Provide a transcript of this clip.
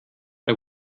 der